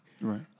right